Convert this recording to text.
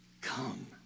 Come